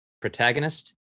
protagonist